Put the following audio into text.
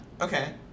Okay